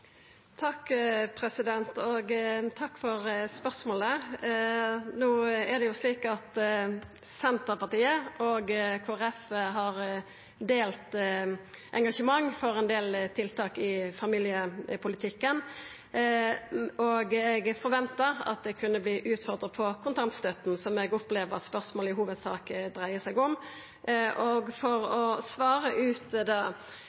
Takk for spørsmålet. Senterpartiet og Kristeleg Folkeparti har delt engasjement for ein del tiltak i familiepolitikken, og eg forventa at eg kunne verta utfordra på kontantstøtta, som eg opplever at spørsmålet i hovudsak dreier seg om. Eg vil svara ut på det.